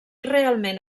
realment